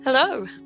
Hello